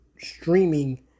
streaming